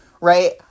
Right